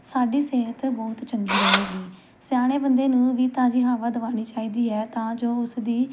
ਸਾਡੀ ਸਿਹਤ ਬਹੁਤ ਚੰਗੀ ਰਹੇਗੀ ਸਿਆਣੇ ਬੰਦੇ ਨੂੰ ਵੀ ਤਾਜ਼ੀ ਹਵਾ ਦਿਵਾਉਣੀ ਚਾਹੀਦੀ ਹੈ ਤਾਂ ਜੋ ਉਸਦੀ